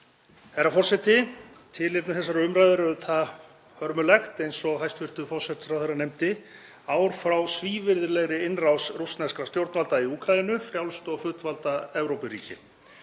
Herra forseti. Tilefni þessarar umræðu er auðvitað hörmulegt eins og hæstv. forsætisráðherra nefndi, ár frá svívirðilegri innrás rússneskra stjórnvalda í Úkraínu, frjálst og fullvalda Evrópuríki.